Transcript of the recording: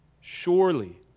Surely